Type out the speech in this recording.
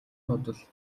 бодол